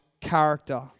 character